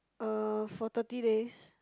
uh for thirty days